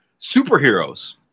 superheroes